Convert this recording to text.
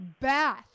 bath